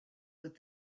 with